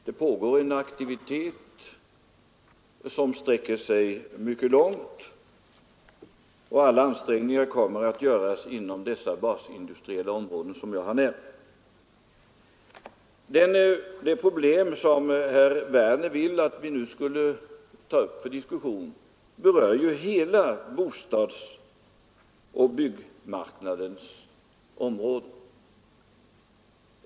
Det pågår en aktivitet, som sträcker sig mycket långt, och alla ansträngningar kommer att göras inom de basindustriella områden som jag har nämnt. Det problem som herr Werner i Tyresö vill att vi nu skulle ta upp till diskussion berör ju hela bostadsoch byggmarknadens område.